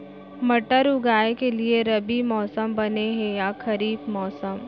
मटर उगाए के लिए रबि मौसम बने हे या खरीफ मौसम?